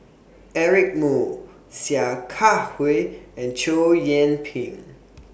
Eric Moo Sia Kah Hui and Chow Yian Ping